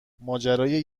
ماجرای